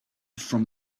from